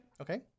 Okay